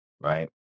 right